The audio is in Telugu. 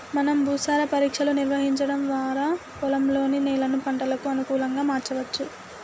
మనం భూసార పరీక్షలు నిర్వహించడం వారా పొలంలోని నేలను పంటలకు అనుకులంగా మార్చవచ్చు